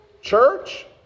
church